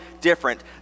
different